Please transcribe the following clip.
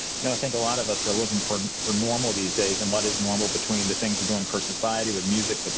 you know think a lot of us are looking for for normal these days and what is normal between things we're doing for society, with music, but